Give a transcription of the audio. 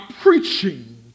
preaching